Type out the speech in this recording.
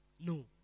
No